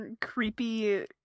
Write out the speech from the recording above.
creepy